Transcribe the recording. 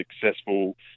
successful